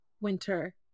Winter